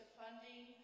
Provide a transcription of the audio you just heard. funding